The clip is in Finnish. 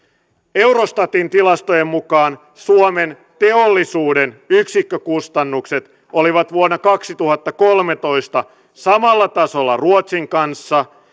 eurostatin tilastojen mukaan suomen teollisuuden yksikkökustannukset olivat vuonna kaksituhattakolmetoista samalla tasolla ruotsin kanssa